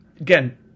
Again